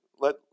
Let